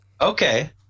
Okay